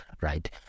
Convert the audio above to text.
right